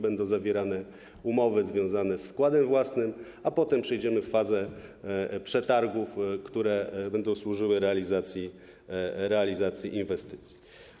Będą zawierane umowy związane z wkładem własnym, a potem przejdziemy do fazy przetargów, które będą służyły realizacji inwestycji.